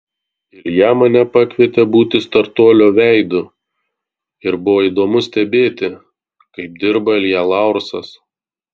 ilja mane pakvietė būti startuolio veidu ir buvo įdomu stebėti kaip dirba ilja laursas